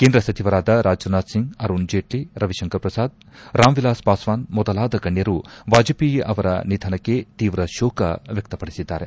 ಕೇಂದ್ರ ಸಚಿವರಾದ ರಾಜನಾಥ್ ಸಿಂಗ್ ಅರುಣ್ ಜೇಟ್ಲಿ ರವಿಶಂಕರ್ ಪ್ರಸಾದ್ ರಾಮ್ವಿಲಾಸ್ ಪಾಸ್ವಾನ್ ಮೊದಲಾದ ಗಣ್ಣರು ವಾಜಪೇಯಿ ಅವರ ನಿಧನಕ್ಕೆ ತೀವ್ರ ಶೋಕ ವ್ಯಕ್ತಪಡಿಸಿದ್ದಾರೆ